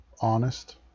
honest